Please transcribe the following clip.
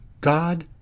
God